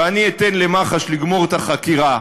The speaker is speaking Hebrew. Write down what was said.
ואני אתן למח"ש לגמור את החקירה,